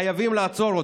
חייבים לעצור אותה.